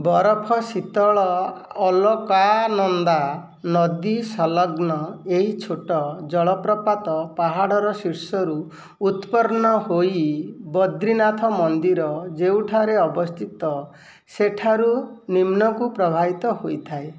ବରଫ ଶୀତଳ ଅଲକାନନ୍ଦା ନଦୀ ସଂଲଗ୍ନ ଏହି ଛୋଟ ଜଳପ୍ରପାତ ପାହାଡ଼ର ଶୀର୍ଷରୁ ଉତ୍ପନ୍ନ ହୋଇ ବଦ୍ରିନାଥ ମନ୍ଦିର ଯେଉଁଠାରେ ଅବସ୍ଥିତ ସେଠାରୁ ନିମ୍ନକୁ ପ୍ରବାହିତ ହୋଇଥାଏ